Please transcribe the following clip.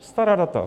Stará data.